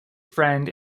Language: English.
friend